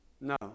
No